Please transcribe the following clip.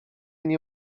nie